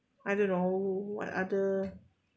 I don't know what other